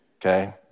Okay